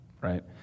right